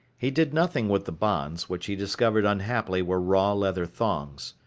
he did nothing with the bonds, which he discovered unhappily were raw leather thongs.